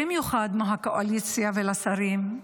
במיוחד מהקואליציה ולשרים,